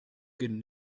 good